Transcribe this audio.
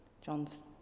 John's